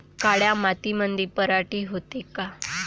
काळ्या मातीमंदी पराटी होते का?